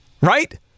Right